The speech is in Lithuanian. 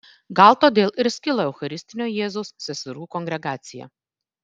gal todėl ir skilo eucharistinio jėzaus seserų kongregacija